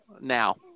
Now